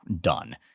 done